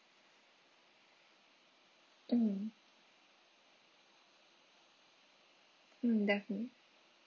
mm mm definitely